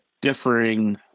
differing